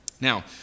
Now